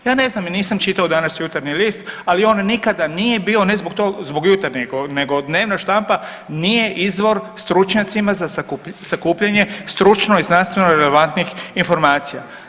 Ja ne znam, ja nisam čitao danas Jutarnji list, ali on nikada nije bio, ne zbog tog, zbog Jutrnjeg nego dnevna štampa nije izvor stručnjacima za sakupljanje stručno i znanstveno relevantnih informacija.